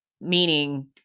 meaning